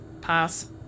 Pass